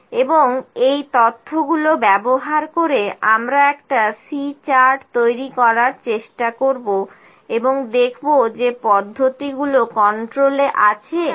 এবং এই তথ্যগুলো ব্যবহার করে আমরা একটা C চার্ট তৈরি করার চেষ্টা করব এবং দেখব যে পদ্ধতিগুলো কন্ট্রোলে আছে না কি কন্ট্রোলে নেই